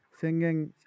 singing